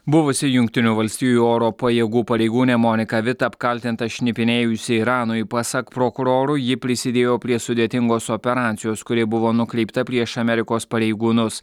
buvusi jungtinių valstijų oro pajėgų pareigūnė monika vit apkaltinta šnipinėjusi iranui pasak prokurorų ji prisidėjo prie sudėtingos operacijos kuri buvo nukreipta prieš amerikos pareigūnus